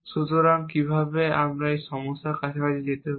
সুতরাং কিভাবে আমরা এই সমস্যা কাছাকাছি পেতে পারি